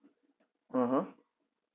(uh huh)